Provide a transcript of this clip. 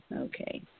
Okay